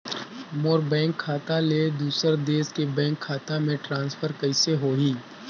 मोर bank खाता ले दुसर देश के बैंक खाता मे ट्रांसफर कइसे होही?